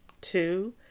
Two